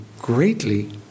Greatly